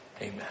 Amen